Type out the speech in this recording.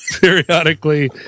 Periodically